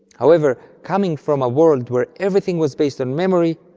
however, coming from a world where everything was based on memory,